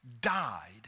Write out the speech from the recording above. died